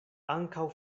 ankaŭ